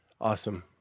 awesome